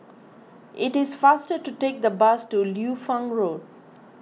it is faster to take the bus to Liu Fang Road